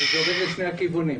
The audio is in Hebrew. אבל זה עובד לשני הכיוונים.